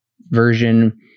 version